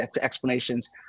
explanations